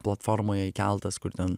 platformoje įkeltas kur ten